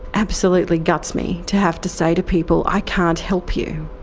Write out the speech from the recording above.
absolutely guts me to have to say to people, i can't help you.